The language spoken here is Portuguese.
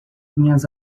minhas